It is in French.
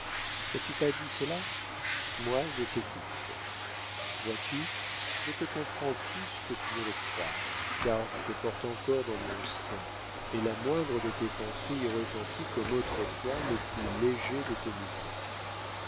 n'as-tu pas dit cela moi je t'écoute vois-tu je te comprends plus que tu ne le crois car je te porte encore dans mon sein et la moindre de tes pensées y retentit comme autrefois le plus léger de tes mouvements